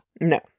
No